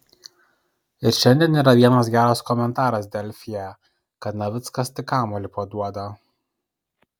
ir šiandien yra vienas geras komentaras delfyje kad navickas tik kamuolį paduoda